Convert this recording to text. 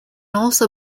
also